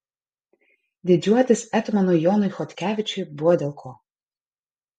didžiuotis etmonui jonui chodkevičiui buvo dėl ko